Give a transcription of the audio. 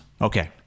okay